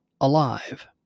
alive